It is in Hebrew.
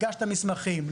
הגשת מסמכים,